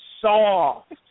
soft